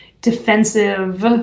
defensive